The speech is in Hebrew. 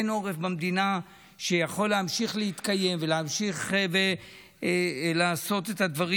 אין עורף במדינה שיכול להמשיך להתקיים ולהמשיך לעשות את הדברים